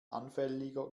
anfälliger